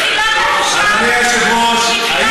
אייכלר, מתחילת המושב לא העבירו לי שום חוק.